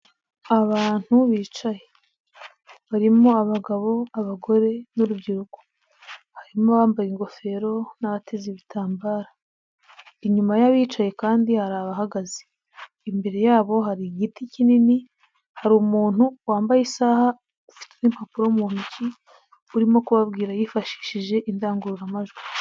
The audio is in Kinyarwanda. Abantu bicaye barimo abagabo, abagore n'urubyiruko. Harimo abambaye ingofero n'abateze ibitambaro. Inyuma y'abicaye kandi hari abahagaze. Imbere yabo hari igiti kinini, hari umuntu wambaye isaha, ufite udupapuro mu ntoki, urimo kubabwira yifashishije indangururamajwi.